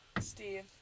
Steve